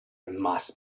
must